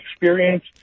experience